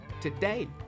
today